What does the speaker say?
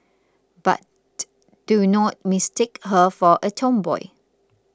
but do not mistake her for a tomboy